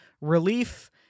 relief